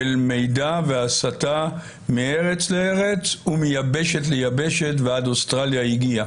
מידע והסתה מארץ לארץ ומיבשת ליבשת ועד אוסטרליה הגיע.